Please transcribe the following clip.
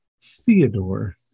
Theodore